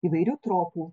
įvairių tropų